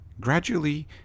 Gradually